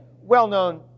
well-known